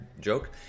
joke